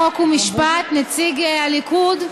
חוק ומשפט, נציג הליכוד,